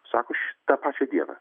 sako tą pačią dieną